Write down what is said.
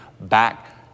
back